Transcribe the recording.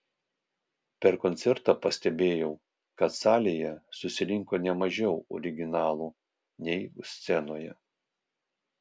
per koncertą pastebėjau kad salėje susirinko ne mažiau originalų nei scenoje